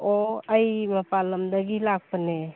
ꯑꯣ ꯑꯩ ꯃꯄꯥꯟ ꯂꯝꯗꯒꯤ ꯂꯥꯛꯄꯅꯦ